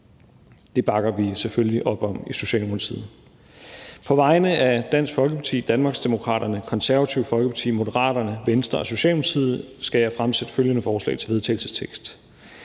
Det bakker vi selvfølgelig op om i Socialdemokratiet. På vegne af Dansk Folkeparti, Danmarksdemokraterne, Det Konservative Folkeparti, Moderaterne, Venstre og Socialdemokratiet skal jeg fremsætte følgende: Forslag til vedtagelse